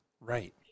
Right